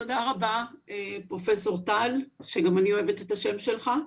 תודה רבה פרופסור טל, גם אני אוהבת את השם שלך.